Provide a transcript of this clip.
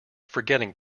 forgetting